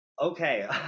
Okay